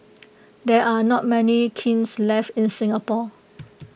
there are not many kilns left in Singapore